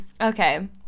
okay